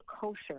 kosher